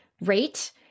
rate